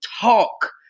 talk